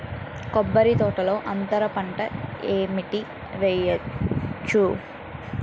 కొబ్బరి లో అంతరపంట ఏంటి వెయ్యొచ్చు?